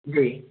जी